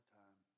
time